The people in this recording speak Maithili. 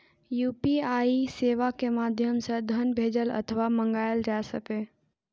यू.पी.आई सेवा के माध्यम सं धन भेजल अथवा मंगाएल जा सकैए